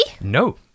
No